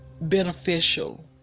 beneficial